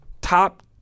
top